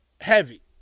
heavy